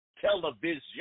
television